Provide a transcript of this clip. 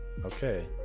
okay